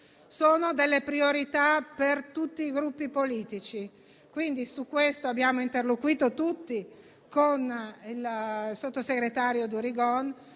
sono priorità per tutti i Gruppi politici. Su questo abbiamo interloquito tutti con il sottosegretario Durigon,